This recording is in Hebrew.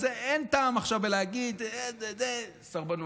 אז אין טעם עכשיו להגיד: סרבנות.